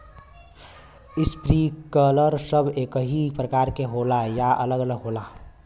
Sprinkler सब एकही प्रकार के होला या अलग अलग होला?